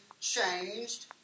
changed